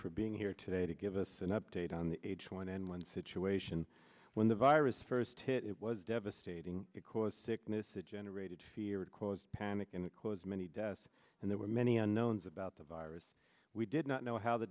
for being here today to give us an update on the h one n one situation when the virus first hit it was devastating because sickness it generated fear caused panic in the close many deaths and there were many unknowns about the virus we did not know how the